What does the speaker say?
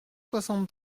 soixante